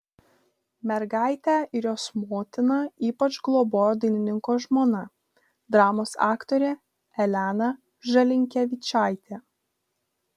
mergaitę ir jos motiną ypač globojo dainininko žmona dramos aktorė elena žalinkevičaitė